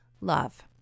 love